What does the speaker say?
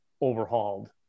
overhauled